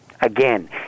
again